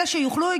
אלה שיוכלו,